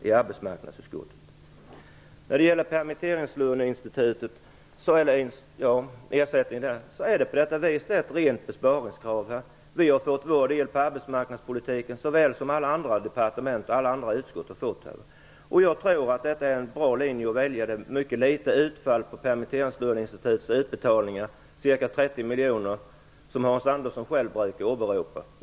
Förslaget om permitteringslöneersättningen kommer sig av ett rent besparingskrav. Vi har fått ta vår del i arbetsmarknadspolitiken, liksom alla andra departement och utskott. Jag tror att det är en bra linje. Utfallet av permitteringslöneinstitutets utbetalningar är mycket litet - ca 30 miljoner - vilket Hans Andersson själv brukar åberopa.